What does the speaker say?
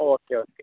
okay okay